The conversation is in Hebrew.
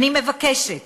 אני מבקשת